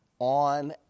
On